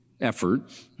effort